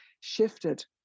shifted